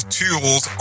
tools